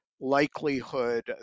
likelihood